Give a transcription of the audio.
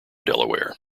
delaware